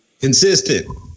Consistent